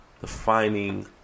defining